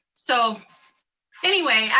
so anyway,